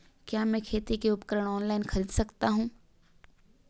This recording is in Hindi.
क्या मैं खेती के उपकरण ऑनलाइन खरीद सकता हूँ?